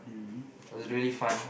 mm